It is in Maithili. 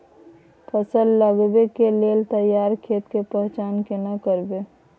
फसल लगबै के लेल तैयार खेत के पहचान केना करबै?